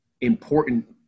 important